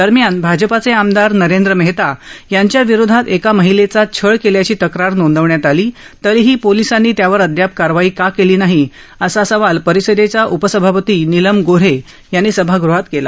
दरम्यान भाजपाचे आमदार नरेंद्र मेहता यांच्याविरोधात एका महिलेचा छळ केल्याची तक्रार नोंदवण्यात आली तरीही पोलिसांनी त्यावर अद्याप कारवाई का केली नाही असा सवाल परिषदेच्या उपसभापती नीलम गो हे यांनी सभाग़हात केला